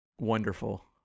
Wonderful